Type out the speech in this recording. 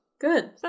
good